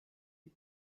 die